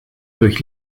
durch